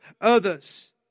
others